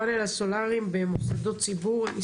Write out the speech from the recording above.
פאנלים סולאריים במוסדות ציבור משמעותי.